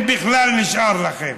אם בכלל נשאר לכם.